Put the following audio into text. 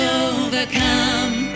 overcome